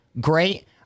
great